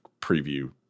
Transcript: preview